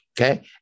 okay